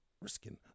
risking